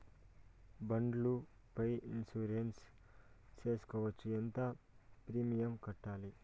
బండ్ల పై ఇన్సూరెన్సు సేసుకోవచ్చా? ఎంత ప్రీమియం కట్టాలి?